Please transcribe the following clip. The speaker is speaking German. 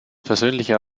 persönlicher